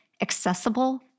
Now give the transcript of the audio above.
accessible